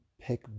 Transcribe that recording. pick